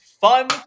fun